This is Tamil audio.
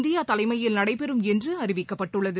இந்தியா தலைமையில் நடைபெறும் என்று அறிவிக்கப்பட்டுள்ளது